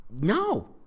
No